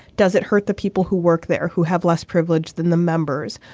does it hurt the people who work there who have less privilege than the members.